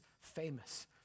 famous